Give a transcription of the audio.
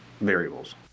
variables